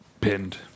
pinned